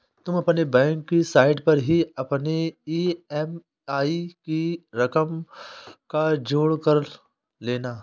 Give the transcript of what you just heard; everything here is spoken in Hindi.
तुम अपने बैंक की साइट पर ही अपने ई.एम.आई की रकम का जोड़ कर लेना